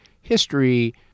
history